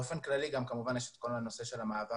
באופן כללי גם כמובן יש את כל הנושא של המעבר